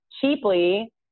cheaply